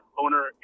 owner